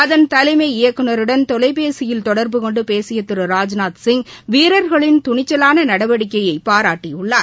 அதன் தலைமை இயக்குநருடன் தொலைபேசியில் தொடர்புகொண்டுபேசியதிரு ராஜ்நாத்சிய் வீரர்களின் துணிச்சலானநடவடிக்கையைபாராட்டியுள்ளார்